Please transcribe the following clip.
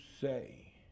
say